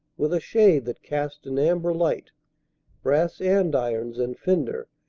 with a shade that cast an amber light brass andirons and fender,